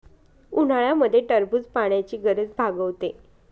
उन्हाळ्यामध्ये टरबूज पाण्याची गरज भागवते